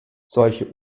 solche